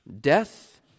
death